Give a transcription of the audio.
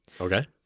okay